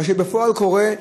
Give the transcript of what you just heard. מה שבפועל קורה,